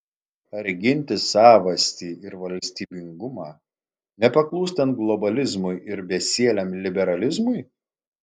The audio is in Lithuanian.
ar ginti savastį ir valstybingumą nepaklūstant globalizmui ir besieliam liberalizmui